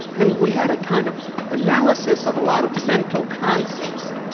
and we had a kind of analysis of a lot of mental concepts,